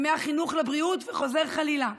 ומהחינוך לבריאות וחוזר חלילה.